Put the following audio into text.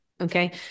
Okay